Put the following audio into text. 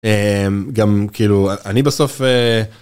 גם כאילו אני בסוף.